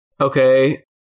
Okay